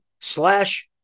slash